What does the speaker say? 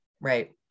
Right